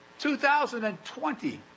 2020